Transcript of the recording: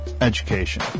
education